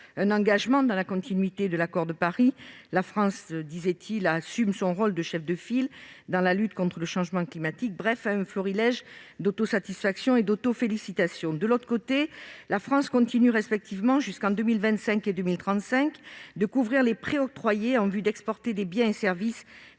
un engagement dans la continuité de l'accord de Paris ; la France, disait-il, assume son rôle de chef de file dans la lutte contre le changement climatique. Bref, il s'agissait d'un florilège d'autosatisfaction et d'autofélicitations ! De l'autre, la France continue, respectivement jusqu'en 2025 et 2035, de couvrir les prêts octroyés en vue d'exporter des biens et services ayant